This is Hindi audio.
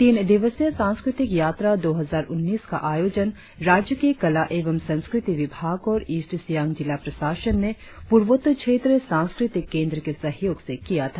तीन दिवसीय सांस्कृतिक यात्रा दो हजार उन्नीस का आयोजन राज्य के कला एवं संस्कृति विभाग और ईस्ट सियांग जिला प्रशासन ने पूर्वोत्तर क्षेत्र सांस्कृतिक केंद्र के सहयोग से किया था